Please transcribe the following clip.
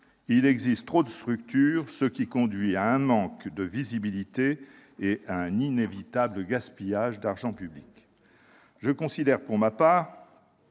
Il existe trop de structures, ce qui conduit à un manque de visibilité et à un inévitable gaspillage d'argent public. Je considère, pour ma part,